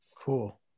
Cool